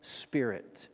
Spirit